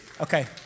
Okay